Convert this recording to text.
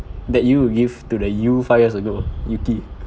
that you would give to the you five years ago U_T